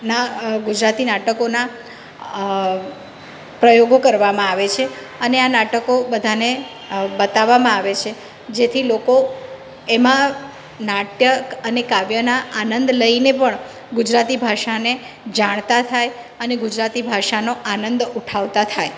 ના ગુજરાતી નટકોના પ્રયોગો કરવામાં આવે છે અને આ નાટકો બધાને આ બતાવવામાં આવે છે જેથી લોકો એમાં નાટક અને કાવ્યના આનંદ લઈને પણ ગુજરાતી ભાષાને જાણતા થાય અને ગુજરાતી ભાષાનો આનંદ ઉઠાવતા થાય